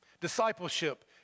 Discipleship